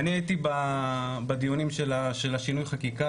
אני הייתי בדיונים של שינוי החקיקה